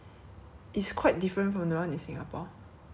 like the one in singapore is like quite sweet right